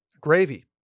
Gravy